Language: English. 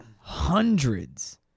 hundreds